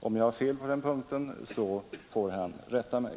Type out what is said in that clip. Om jag har fel på den punkten så får han rätta mig.